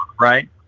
Right